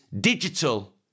digital